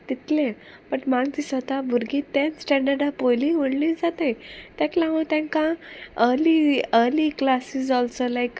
तितलें बट म्हाक दिसोता भुरगीं तेन्थ स्टँडर्डा पोयलीं व्हडली जाताय तेक लागोन तेंकां अर्ली अर्ली क्लासीस ऑल्सो लायक